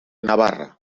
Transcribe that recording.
navarra